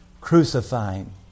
crucifying